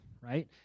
right